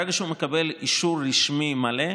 ברגע שהוא מקבל אישור רשמי מלא,